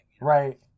Right